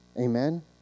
Amen